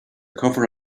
cover